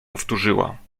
powtórzyła